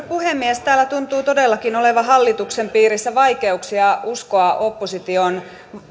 puhemies täällä tuntuu todellakin olevan hallituksen piirissä vaikeuksia uskoa opposition